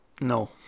No